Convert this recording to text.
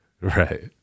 Right